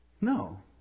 No